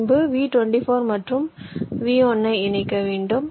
பின்பு V24 மற்றும் V1 ஐ இணைக்க வேண்டும்